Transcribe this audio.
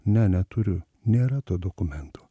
ne neturiu nėra to dokumento